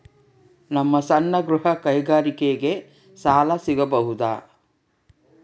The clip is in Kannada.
ನಮ್ಮ ಸಣ್ಣ ಗೃಹ ಕೈಗಾರಿಕೆಗೆ ಸಾಲ ಸಿಗಬಹುದಾ?